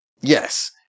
yes